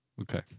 Okay